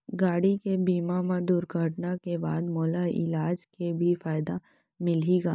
गाड़ी के बीमा मा दुर्घटना के बाद मोला इलाज के भी फायदा मिलही का?